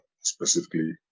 specifically